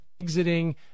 exiting